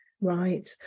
Right